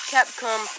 Capcom